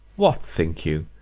what, think you,